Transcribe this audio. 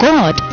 God